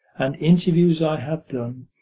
and interviews i have done,